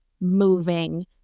moving